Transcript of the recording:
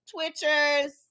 Twitchers